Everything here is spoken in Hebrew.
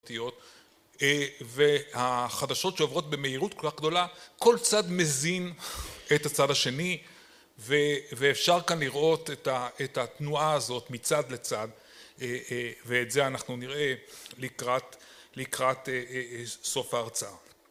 והחדשות שעוברות במהירות כל כך גדולה, כל צד מזין את הצד השני, ואפשר כאן לראות את התנועה הזאת מצד לצד ואת זה אנחנו נראה לקראת סוף ההרצאה